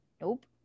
Nope